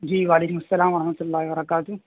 جی و علیکم السلام و رحمۃ اللہ و برکاتہ